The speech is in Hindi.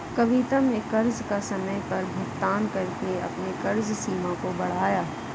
कविता ने कर्ज का समय पर भुगतान करके अपने कर्ज सीमा को बढ़ाया